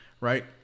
right